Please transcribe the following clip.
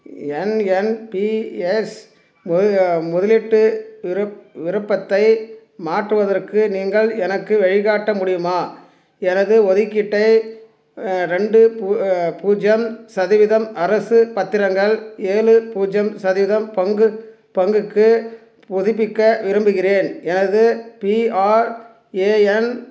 என் N P S முதலீட்டு விருப்ப விருப்பத்தை மாற்றுவதற்கு நீங்கள் எனக்கு வழிகாட்ட முடியுமா எனது ஒதுக்கீட்டை ரெண்டு பூ பூஜ்ஜியம் சதவீதம் அரசு பத்திரங்கள் ஏழு பூஜ்ஜியம் சதவீதம் பங்கு பங்குக்கு புதுப்பிக்க விரும்புகிறேன் எனது பிஆர்ஏஎன்